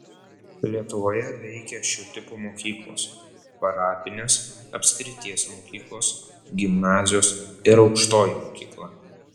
lietuvoje veikė šių tipų mokyklos parapinės apskrities mokyklos gimnazijos ir aukštoji mokykla